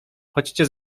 chodźcie